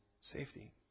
safety